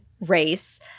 race